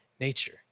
nature